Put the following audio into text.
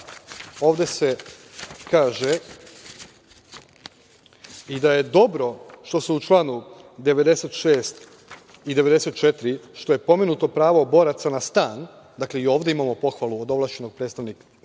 ovde se kaže i da je dobro što se u članu 96. i 94. što je pomenuto pravo bora na stan. Dakle, i ovde imamo pohvalu od ovlašćenog predstavnika